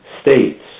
states